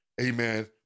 Amen